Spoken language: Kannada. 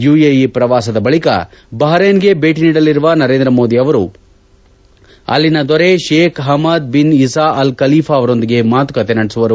ಯುಎಇ ಪ್ರವಾಸದ ಬಳಿಕ ಬಹರೇನ್ಗೆ ಭೇಟಿ ನೀಡಲಿರುವ ನರೇಂದ್ರ ಮೋದಿ ಅವರು ಅಲ್ಲಿನ ದೊರೆ Sheikh Hamad bin Isa Al Khalifa ಅವರೊಂದಿಗೆ ಮಾತುಕತೆ ನಡೆಸುವರು